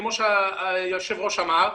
כמו שיושב הראש אמר,